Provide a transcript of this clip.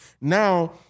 Now